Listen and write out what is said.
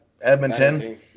Edmonton